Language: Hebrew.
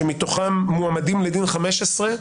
שמתוכם מועמדים לדין 15,